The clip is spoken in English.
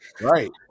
Right